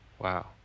Wow